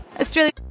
Australia